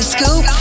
Scoop